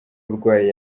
urwaye